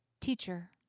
teacher